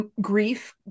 grief